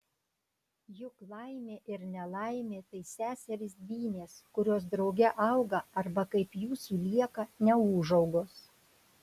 juk laimė ir nelaimė tai seserys dvynės kurios drauge auga arba kaip jūsų lieka neūžaugos